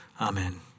Amen